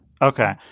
Okay